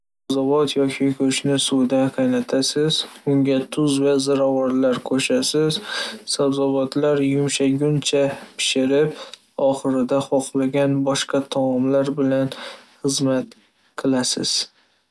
Sabzavot yoki go'shtni suvda qaynatasiz, unga tuz va ziravorlar qo'shasiz. Sabzavotlar yumshaguncha pishirib, oxirida xohlagan boshqa taomlar bilan xizmat qilasiz.